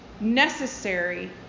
necessary